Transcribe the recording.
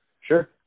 Sure